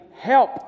help